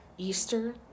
Easter